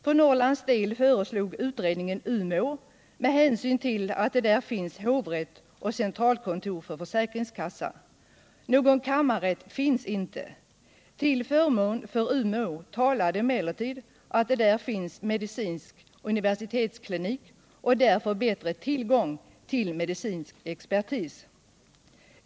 För Norrlands del föreslog utredningen Umeå med hänsyn till att det där finns hovrätt och centralkontor för försäkringskassa. Någon kammarrätt finns inte. Till förmån för Umeå talade emellertid att där finns medicinsk universitetsklinik och därför bättre tillgång till medicinsk expertis.